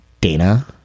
Dana